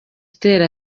itera